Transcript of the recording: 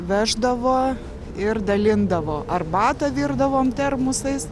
veždavo ir dalindavo arbatą virdavom termosais